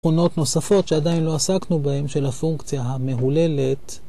‫מכונות נוספות שעדיין לא עסקנו בהן ‫של הפונקציה המהוללת.